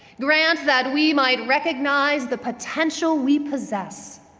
grant that we might recognize the potential we possess.